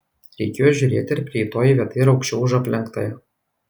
reikėjo žiūrėti ar prieitoji vieta yra aukščiau už aplenktąją